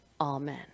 Amen